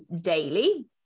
daily